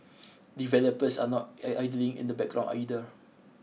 developers are not I idling in the background either